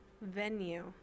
venue